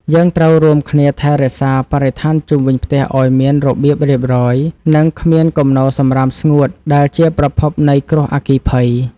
យើងត្រូវរួមគ្នាថែរក្សាបរិស្ថានជុំវិញផ្ទះឱ្យមានរបៀបរៀបរយ និងគ្មានគំនរសំរាមស្ងួតដែលជាប្រភពនៃគ្រោះអគ្គិភ័យ។